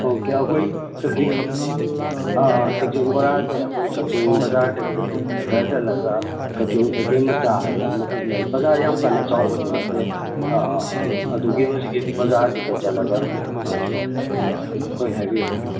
okay ꯑꯩꯈꯣꯏ ꯀꯛꯆꯤꯡ ꯀꯥꯛꯆꯤꯡ ꯕꯣꯔꯥꯁꯦ ꯑꯩꯈꯣꯏ ꯀꯛꯆꯤꯡ ꯕꯖꯥꯔꯗꯒꯤ ꯈꯔ ꯆꯠꯂꯒ ꯀꯛꯆꯤꯡ ꯀꯩꯊꯦꯜ ꯃꯆꯥ ꯍꯥꯏꯗꯅ ꯑꯃ ꯈꯛ ꯂꯩ ꯕꯖꯥꯔ ꯌꯥꯝ ꯀꯟꯅ ꯆꯥꯎꯕꯗꯤ ꯅꯠꯇꯦ ꯑꯥ ꯑꯥ ꯑꯥ ꯑꯗꯨꯒꯤ ꯍꯧꯖꯤꯛꯀꯤ ꯕꯖꯥꯔꯗꯨꯗ ꯆꯠꯂꯒ ꯑꯥ ꯍꯣꯏ ꯍꯥꯏꯕꯤꯌꯨ